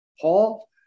Paul